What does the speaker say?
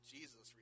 Jesus